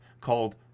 called